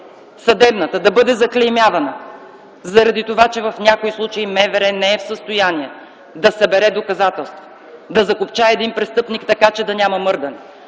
съдебната, да бъде заклеймявана заради това, че в някои случаи МВР не е в състояние да събере доказателства, да закопчае един престъпник така, че да няма мърдане,